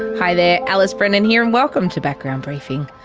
hi there, alice brennan here and welcome to background briefing.